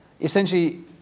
essentially